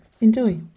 enjoy